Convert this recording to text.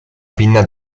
pinna